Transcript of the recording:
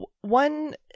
one